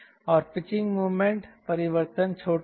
और pitching moment परिवर्तन छोटे हैं